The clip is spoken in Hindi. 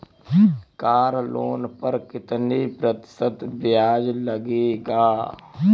कार लोन पर कितने प्रतिशत ब्याज लगेगा?